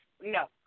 no